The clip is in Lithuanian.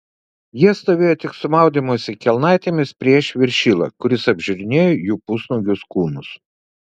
jie stovėjo tik su maudymosi kelnaitėmis prieš viršilą kuris apžiūrinėjo jų pusnuogius kūnus